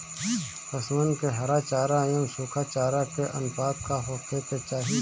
पशुअन के हरा चरा एंव सुखा चारा के अनुपात का होखे के चाही?